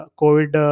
covid